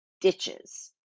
ditches